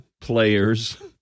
players